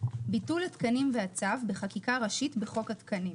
ביטול התקנים והצו בחקיקה ראשית בחוק התקנים,